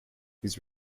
these